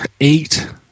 eight